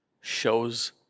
shows